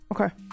Okay